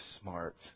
smart